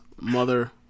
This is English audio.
mother